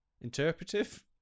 Interpretive